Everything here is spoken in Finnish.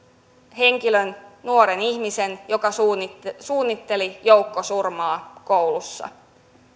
henkilön nuoren ihmisen joka suunnitteli suunnitteli joukkosurmaa koulussa